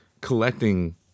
collecting